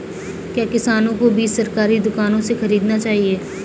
क्या किसानों को बीज सरकारी दुकानों से खरीदना चाहिए?